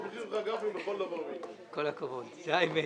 רוב נגד, מיעוט נמנעים,